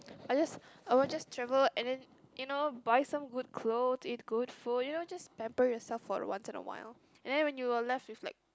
I just I want just travel and then you know buy some good clothes eat good food you know just pamper yourself for once in a while and then when you were left is like